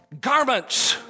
Garments